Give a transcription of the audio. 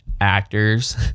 actors